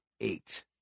eight